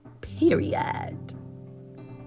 Period